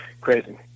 Crazy